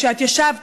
כשאת ישבת,